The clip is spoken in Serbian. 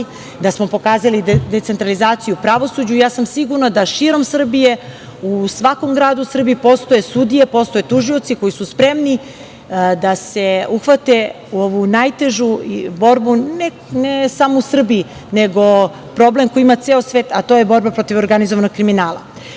da smo pokazali decentralizaciju u pravosuđu, ja sam sigurna da širom Srbije, u svakom gradu u Srbiji postoje sudije, postoje tužioci koji su spremni da se uhvate u najtežu borbu, ne samo u Srbiji, nego problem koji ima ceo svet, a to je borba protiv organizovanog